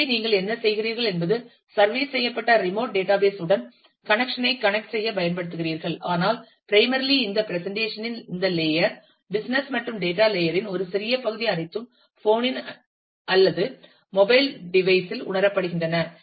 எனவே நீங்கள் என்ன செய்கிறீர்கள் என்பது சர்வீஸ் செய்யப்பட்ட ரிமோட் டேட்டாபேஸ் உடன் கனெக்சன் ஐ கனெக்ட் செய்ய பயன்படுத்துகிறீர்கள் ஆனால் பிரைமர்லி இந்த பிரசன்டேஷன் இன் இந்த லேயர் பிஸினஸ் மற்றும் டேட்டா லேயர் இன் ஒரு சிறிய பகுதி அனைத்தும் போன் இல் அல்லது மொபைல் டிவைஸ் இல் உணரப்படுகின்றன